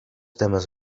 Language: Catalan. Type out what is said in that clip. temes